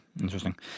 Interesting